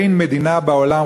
אין מדינה בעולם,